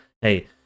hey